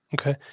Okay